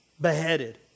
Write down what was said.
beheaded